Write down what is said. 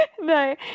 No